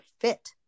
fit